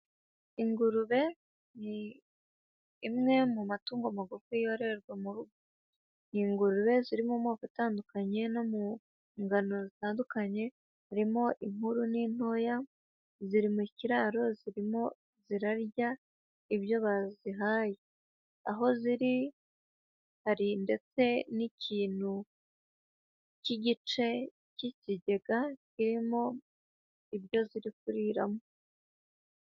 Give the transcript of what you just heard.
Ingurube ni imwe mu matungo magufi yororerwa mu rugo. Ingurube ziri mu moko atandukanye no mu ngano zitandukanye, harimo inkuru n'intoya, ziri mu kiraro zirimo zirarya ibyo bazihaye. Aho ziri, hari ndetse n'ikintu, cy'igice cy'ikigega kirimo ibyo ziri kuriramo.